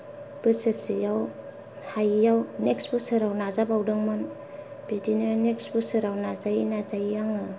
बोसोरसेयाव हायियाव नेक्स्ट बोसोराव नाजाबावदोंमोन बिदिनो नेक्स्ट बोसोराव नाजायै नाजायै आङो